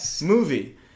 movie